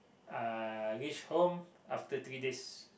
uh reach home after three days